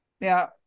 Now